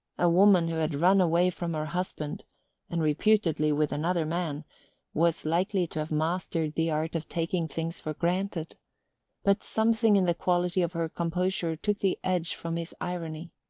a woman who had run away from her husband and reputedly with another man was likely to have mastered the art of taking things for granted but something in the quality of her composure took the edge from his irony.